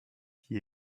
qui